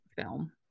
film